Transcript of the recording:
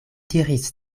diris